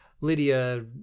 Lydia